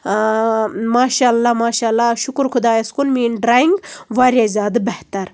آ ماشا اللہ ماشا اللہ شُکُر خۄدایَس کُن میٲنۍ ڈریِنگ واریاہ زیادٕ بہتر